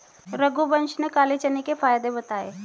रघुवंश ने काले चने के फ़ायदे बताएँ